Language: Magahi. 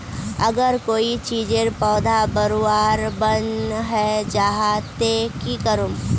अगर कोई चीजेर पौधा बढ़वार बन है जहा ते की करूम?